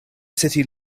city